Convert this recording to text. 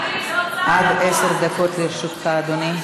עד עשר דקות לרשותך, אדוני.